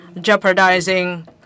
jeopardizing